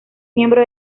miembro